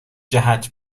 جهت